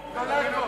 הוא משנה את הגלובוס,